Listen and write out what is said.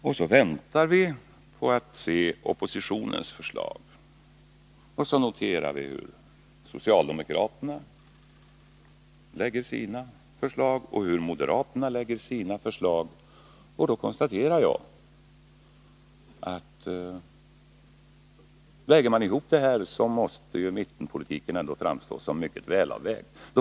Därefter väntar vi på att få ta del av oppositionens förslag, och vi noterar sedan hur socialdemokraternas förslag ser ut och hur moderaternas förslag ser ut — jag konstaterar att när man väger ihop detta, så måste mittenpolitiken framstå som mycket välbalanserad.